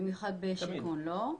במיוחד בשיכון, לא?